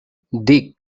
dic